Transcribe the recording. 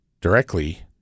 directly